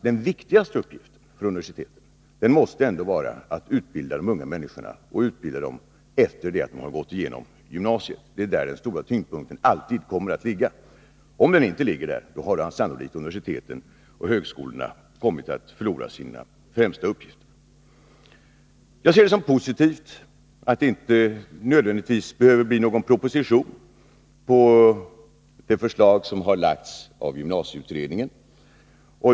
Den viktigaste uppgiften för universiteten måste ändå vara att utbilda de unga människorna — och utbilda dem efter det att de har gått igenom gymnasiet. Det är där tyngdpunkten alltid kommer att ligga. Om den inte ligger där, då har sannolikt universiteten och högskolorna kommit att förlora sina främsta uppgifter. Jag ser det som positivt att det inte nödvändigtvis behöver bli någon proposition på det förslag som har lagts fram av gymnasieutredningen.